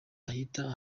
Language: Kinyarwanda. ahita